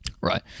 Right